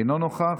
אינו נוכח,